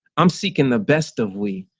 i'm seeking the best of we.